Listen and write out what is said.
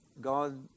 God